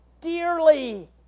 dearly